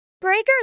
Breaker